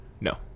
no